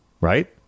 right